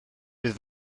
bydd